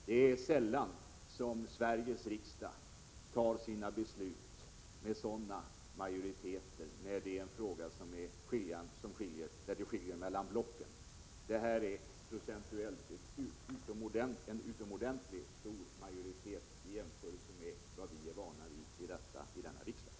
Det är sällan som Sveriges riksdag fattar beslut med sådan majoritet i frågor med skiljaktiga uppfattningar mellan blocken. Det här är procentuellt en utomordentligt klar majoritet jämfört med vad vi är vana vid i riksdagen.